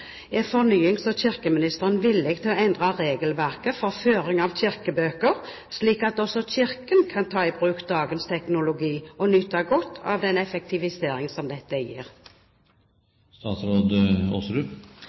villig til å endre regelverket for føring av kirkebøker, slik at Kirken også kan ta i bruk dagens teknologi og nyte godt av den effektivisering som dette gir?»